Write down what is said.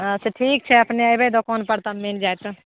अच्छा ठीक छै अपने एबै दोकान पर तऽ मिल जाएत